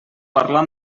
parlar